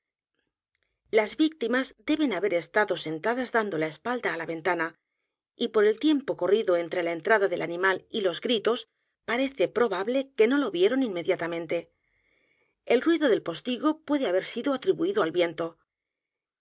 las víctimas deben haber estado sentadas dando la espalda á la ventana y por el tiempo corrido f los crímenes de la calle morgue entre la entrada del animal y los gritos parece probable que no lo vieron inmediatamente el ruido del postigo puede haber sido atribuido al viento